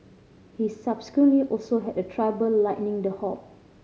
he subsequently also had a trouble lighting the hob